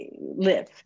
live